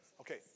Okay